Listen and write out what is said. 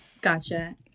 Gotcha